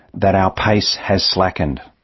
that our pace has slackened.